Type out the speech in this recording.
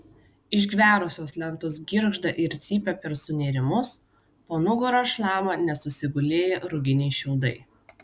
išgverusios lentos girgžda ir cypia per sunėrimus po nugara šlama nesusigulėję ruginiai šiaudai